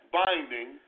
binding